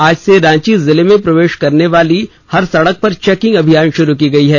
आज से रांची जिले में प्रवेश करनेवाली हर सड़क पर चेकिंग शुरू कर दी गयी है